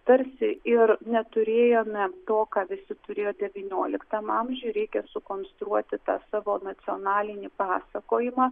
tarsi ir neturėjome to ką visi turėjo devynioliktam amžiuj reikia sukonstruoti tą savo nacionalinį pasakojimą